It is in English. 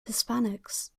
hispanics